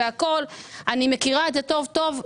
אני מכירה את זה טוב טוב.